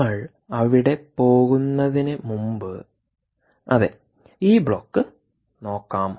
നമ്മൾ അവിടെ പോകുന്നതിനുമുമ്പ് അതെ ഈ ബ്ലോക്ക് നോക്കാം